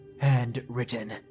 handwritten